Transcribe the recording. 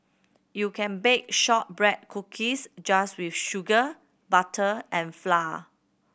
you can bake shortbread cookies just with sugar butter and flour